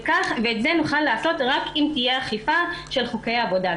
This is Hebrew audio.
את זה נוכל לעשות רק אם תהיה אכיפה של חוקי העבודה.